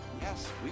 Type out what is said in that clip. Yes